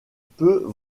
peu